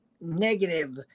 negative